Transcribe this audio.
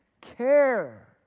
care